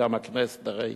וגם הכנסת הרי